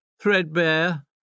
threadbare